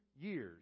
years